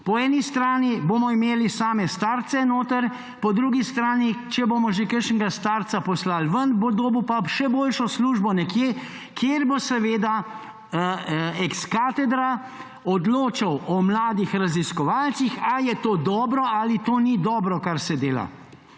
Po eni strani bomo imeli same starce notri, po drugi strani, če bomo že kakšnega starca poslali ven, bo dobil pa še boljšo službo nekje, kjer bo seveda ex cathedra odločal o mladih raziskovalcih, ali je to dobro, ali to ni dobro, kar se dela.